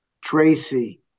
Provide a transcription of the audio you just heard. Tracy